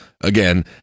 again